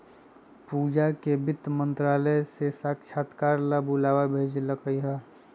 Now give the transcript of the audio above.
पूजा के वित्त मंत्रालय से साक्षात्कार ला बुलावा भेजल कई हल